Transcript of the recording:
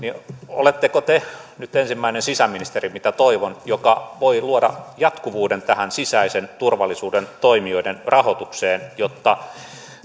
oletteko te nyt ensimmäinen sisäministeri mitä toivon joka voi luoda jatkuvuuden tähän sisäisen turvallisuuden toimijoiden rahoitukseen jotta